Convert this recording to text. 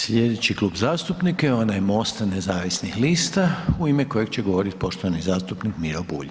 Slijedeći Klub zastupnika je onaj MOST-a nezavisnih lista u ime kojeg će govoriti poštovani zastupnika Miro Bulj.